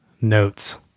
Notes